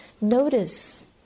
notice